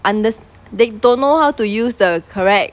under~ they don't know how to use the correct